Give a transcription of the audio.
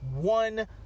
one